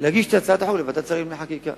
להגיש את הצעת החוק לוועדת שרים לחקיקה.